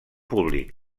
públic